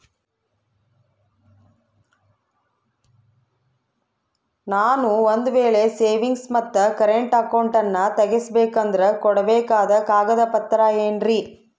ನಾನು ಒಂದು ವೇಳೆ ಸೇವಿಂಗ್ಸ್ ಮತ್ತ ಕರೆಂಟ್ ಅಕೌಂಟನ್ನ ತೆಗಿಸಬೇಕಂದರ ಕೊಡಬೇಕಾದ ಕಾಗದ ಪತ್ರ ಏನ್ರಿ?